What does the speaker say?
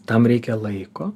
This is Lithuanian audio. tam reikia laiko